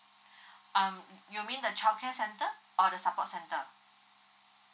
um you mean the childcare center or the support center